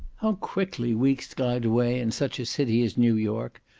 how quickly weeks glide away in such a city as new york,